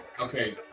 Okay